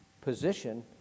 position